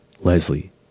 Leslie